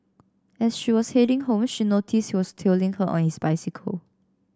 as she was heading home she noticed he was tailing her on his bicycle